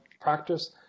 practice